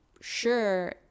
sure